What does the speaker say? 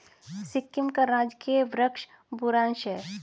सिक्किम का राजकीय वृक्ष बुरांश है